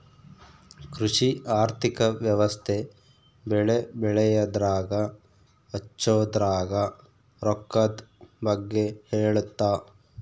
ಕೃಷಿ ಆರ್ಥಿಕ ವ್ಯವಸ್ತೆ ಬೆಳೆ ಬೆಳೆಯದ್ರಾಗ ಹಚ್ಛೊದ್ರಾಗ ರೊಕ್ಕದ್ ಬಗ್ಗೆ ಹೇಳುತ್ತ